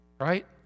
right